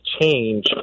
change